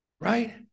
right